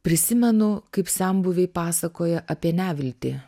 prisimenu kaip senbuviai pasakoja apie neviltį